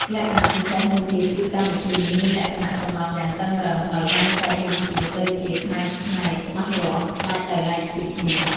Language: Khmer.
លក្ខណៈពិសេសមួយទៀតគឺកម្មវិធីនេះមានលក្ខណៈ កំណត់យ៉ាងតឹងរ៉ឹង ដោយបែងចែកមុខវិជ្ជាទៅជា ផ្នែកៗច្បាស់លាស់ ដាច់ដោយឡែកពីគ្នា។